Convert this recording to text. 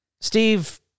Steve